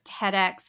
TEDx